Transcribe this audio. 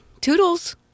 Toodles